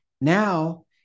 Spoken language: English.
now